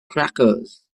crackers